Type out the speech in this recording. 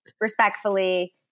respectfully